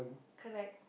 correct